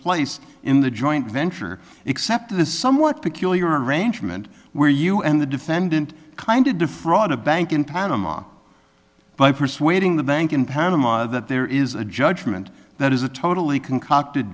place in the joint venture except a somewhat peculiar arrangement where you and the defendant kind of defraud a bank in panama by persuading the bank in panama that there is a judgment that is a totally concocted